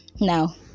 now